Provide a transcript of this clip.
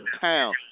town